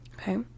Okay